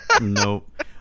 Nope